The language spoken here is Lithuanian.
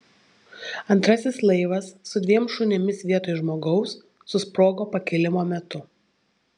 antrasis laivas su dviem šunimis vietoj žmogaus susprogo pakilimo metu